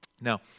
Now